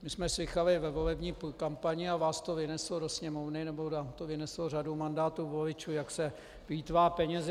My jsme slýchali ve volební kampani, a vás to vyneslo do Sněmovny, nebo vám to vyneslo řadu mandátů u voličů, jak se plýtvá penězi.